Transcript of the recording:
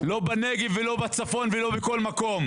לא בנגב, לא בצפון ולא בכל מקום,